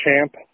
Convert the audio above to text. champ